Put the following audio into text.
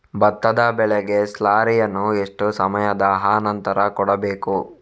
ಭತ್ತದ ಬೆಳೆಗೆ ಸ್ಲಾರಿಯನು ಎಷ್ಟು ಸಮಯದ ಆನಂತರ ಕೊಡಬೇಕು?